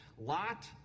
Lot